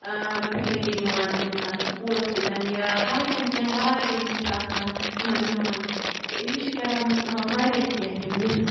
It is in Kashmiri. پِکنِکٕے نِوان أمِس سکوٗلَس سۭتۍ یا باقٕیَن کینٛہہ واریاہ یِم چھِ آسان یِمَن نِوان چھِ یہِ چھِ کَران یِم واریاہ کینٛہہ یِم مس